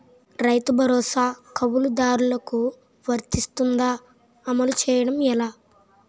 రైతు భరోసా కవులుదారులకు వర్తిస్తుందా? అమలు చేయడం ఎలా